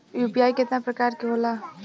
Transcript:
UPI केतना प्रकार के होला?